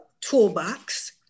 toolbox